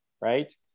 Right